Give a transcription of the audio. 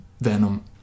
venom